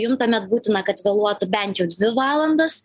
jum tuomet būtina kad vėluotų bent jau dvi valandas